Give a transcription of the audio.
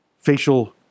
facial